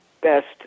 best